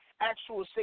actual